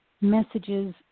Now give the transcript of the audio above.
messages